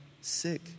sick